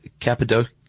Cappadocia